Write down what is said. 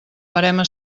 verema